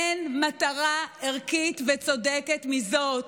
אין מטרה ערכית וצודקת מזאת.